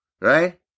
Right